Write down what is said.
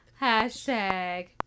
Hashtag